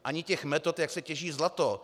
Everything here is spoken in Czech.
Ani těch metod, jak se těží zlato.